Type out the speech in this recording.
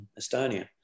Estonia